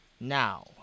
Now